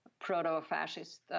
proto-fascist